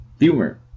Humor